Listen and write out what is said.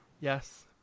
Yes